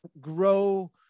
grow